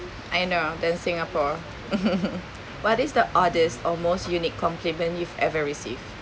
I know than singapore what is the oddest almost unique compliment you've ever received